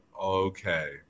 okay